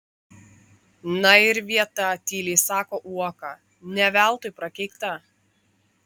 na ir vieta tyliai sako uoka ne veltui prakeikta